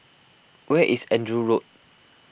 where is Andrew Road